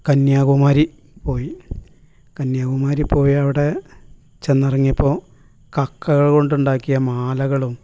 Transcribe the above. കന്യാകുമാരി പോയി കന്യാകുമാരി പോയവിടെ ചെന്നിറങ്ങിയപ്പോൾ കക്കകൾ കൊണ്ടുണ്ടാക്കിയ മാലകളും